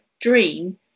dream